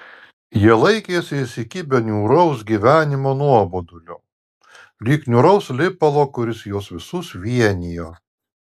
jie laikėsi įsikibę niūraus gyvenimo nuobodulio lyg niūraus lipalo kuris juos visus vienijo